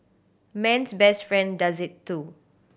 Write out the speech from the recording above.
man's best friend does it too